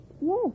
Yes